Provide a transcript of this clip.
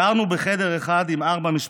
גרנו בחדר אחד עם ארבע משפחות.